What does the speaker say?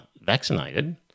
vaccinated